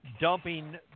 Dumping